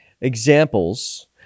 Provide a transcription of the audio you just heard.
examples